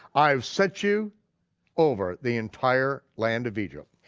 i've set you over the entire land of egypt.